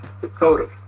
Dakota